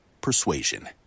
persuasion